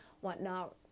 whatnot